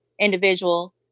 individual